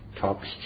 Talks